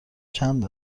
چند